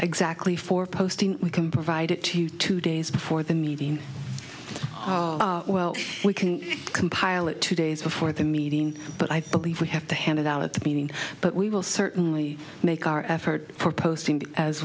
exactly for posting we can provide it to you two days before the meeting well we can compile it two days before the meeting but i think we have to hand it out at the beginning but we will certainly make our effort for posting as